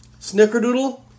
Snickerdoodle